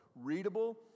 readable